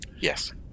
Yes